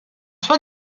sua